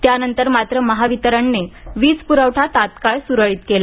त्यानंतर मात्र महावितरणने वीज प्रवठा तत्काळ सुरळीत केला